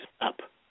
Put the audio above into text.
up